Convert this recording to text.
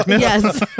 Yes